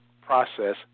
process